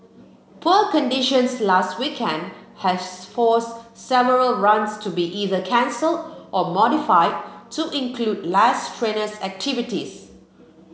poor conditions last weekend has forced several runs to be either cancelled or modified to include less strenuous activities